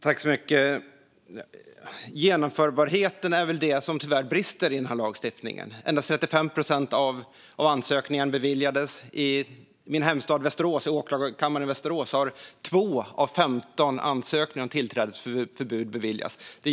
Fru talman! Genomförbarheten är tyvärr det som brister i denna lagstiftning. Endast 35 procent av ansökningarna beviljades. I min hemstad Västerås beviljade åklagarkammaren 2 av 15 ansökningar om tillträdesförbud.